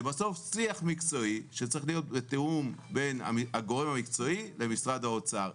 זה בסוף שיח מקצועי שצריך להיות בתיאום בין הגורם המקצועי למשרד האוצר.